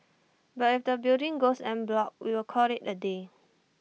but if the building goes en bloc we will call IT A day